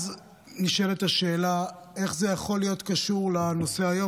אז נשאלת השאלה: איך זה יכול להיות קשור לנושא היום?